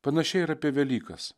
panašiai ir apie velykas